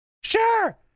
Sure